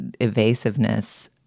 evasiveness